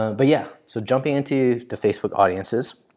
but yeah, so jumping into the facebook audiences.